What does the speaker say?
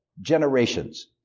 generations